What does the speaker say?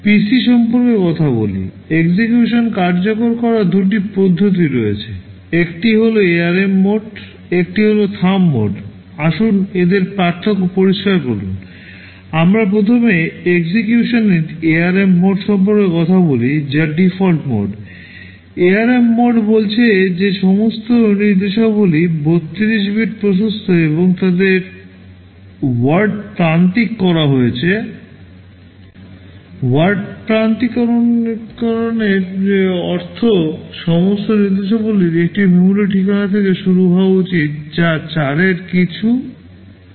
PC সম্পর্কে কথা বলি EXECUTION কার্যকর করার দুটি পদ্ধতি রয়েছে একটি হল ARM মোড একটি হল থাম্ব মোড থেকে শুরু হওয়া উচিত যা 4 এর কিছু অধিক